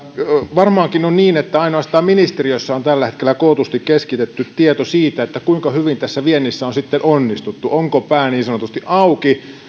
varmaankin on niin että ainoastaan ministeriössä on tällä hetkellä kootusti keskitetty tieto siitä kuinka hyvin tässä viennissä on sitten onnistuttu onko pää niin sanotusti auki